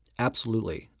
absolutely.